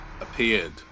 appeared